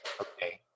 Okay